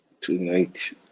tonight